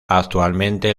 actualmente